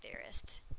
theorists